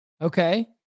Okay